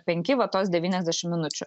penki va tos devyniasdešimt minučių